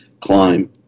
climb